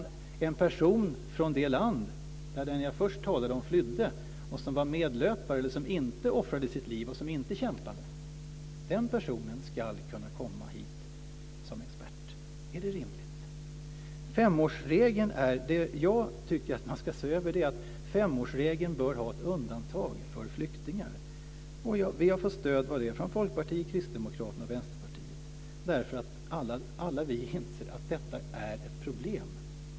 Men en person från det land där den jag först talade om flydde från, som var medlöpare, som inte offrade sitt liv, som inte kämpade, ska kunna komma hit som expert. Är det rimligt? Jag tycker att man ska se över femårsregeln. Femårsregeln bör har ett undantag för flyktingar. Vi har fått stöd för det från Folkpartiet, Kristdemokraterna och Vänsterpartiet. Alla vi inser att detta är ett problem.